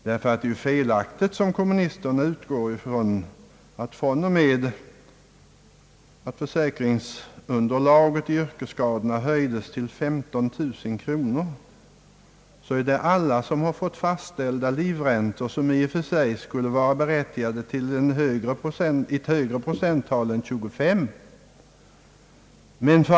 Det är nämligen felaktigt att som kommunisterna utgå ifrån att höjningen av försäkringsunderlaget i yrkesskadeförsäkringen till 15 000 kronor medfört att alla som fått livräntor skulle vara berättigade till ett högre procenttal än 25.